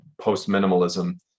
post-minimalism